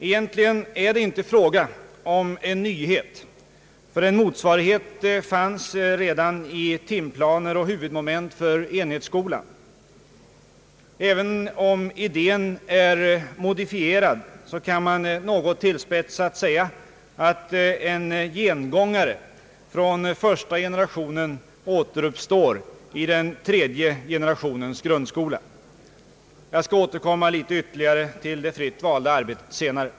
Egentligen är det inte fråga om en nyhet, ty en motsvarighet fanns redan i timplaner och huvudmoment för enhetsskolan. Även om idén är modifierad, kan man något tillspetsat säga att en gengångare från första generationen återuppstår i den tredje generationens grundskola. Jag skall återkomma till det fritt valda arbetet senare.